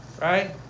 right